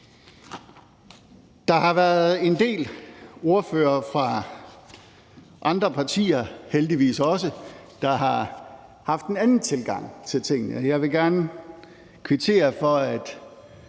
også været en del ordførere fra andre partier, der har haft en anden tilgang til tingene, og jeg vil gerne kvittere for, at